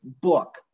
book